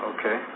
Okay